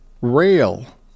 rail